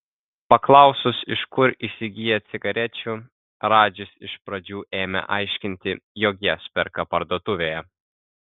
paklausus iš kur įsigyja cigarečių radžis iš pradžių ėmė aiškinti jog jas perka parduotuvėje